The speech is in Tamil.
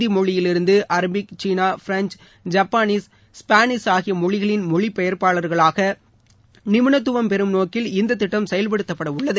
இந்தி மொழியிலிருந்து Arabic China French Japanese Spanish ஆகிய மொழிகளின் மொழிபெயா்ப்பாளராக நிபுணத்துவம் பெறும் நோக்கில் இந்த திட்டம் செயல்படுத்தப்பட உள்ளது